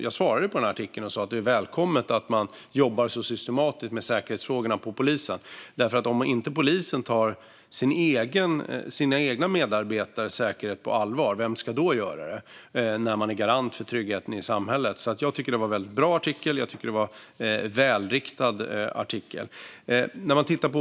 Jag svarade på den och sa att det är välkommet att man jobbar så systematiskt med säkerhetsfrågorna hos polisen därför att om polisen inte tar sina egna medarbetares säkerhet på allvar, vem ska då göra det? Polisen är ju garant för tryggheten i samhället. Jag tyckte att det var en väldigt bra och välriktad artikel.